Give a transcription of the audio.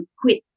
quit